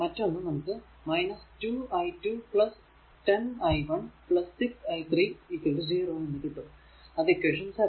മറ്റൊന്ന് നമുക്ക് 2 i2 10 i1 6 i3 0 എന്ന് കിട്ടും അത് ഇക്വേഷൻ 7